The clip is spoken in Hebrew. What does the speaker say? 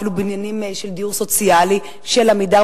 אפילו בניינים של דיור סוציאלי של "עמידר",